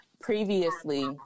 previously